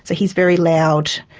so he is very loud.